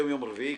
היום יום רביעי,